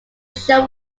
show